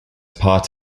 part